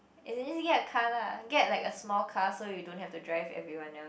as in just get a car lah get like a small car so you don't have to drive everyone else